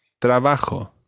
Trabajo